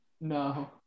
No